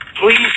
please